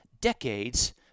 decades